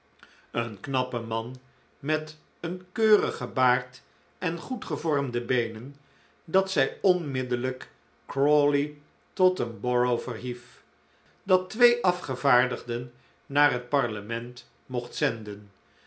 een knappen man met een keurigen baard en goed gevormde beenen dat zij onmiddellijk crawley tot een borough verhief dat twee afgevaardigden naar het parlement mocht zenden